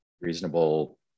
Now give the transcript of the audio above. reasonable